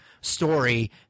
story